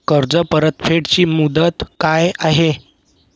कर्ज परतफेड ची मुदत काय आहे?